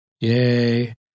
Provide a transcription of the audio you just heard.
Yay